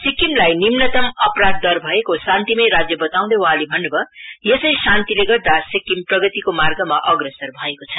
सिक्किमलाई निम्नतम अपराध दर भएको शान्तिमय राज्य बताँउदै वहाँले भन्नुभयो यसै शान्तिले गर्दा सिक्किम प्रगतिको मार्गमा अग्रसर भएको छ